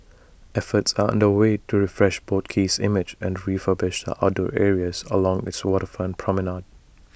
efforts are under way to refresh boat Quay's image and refurbish the outdoor areas along its waterfront promenade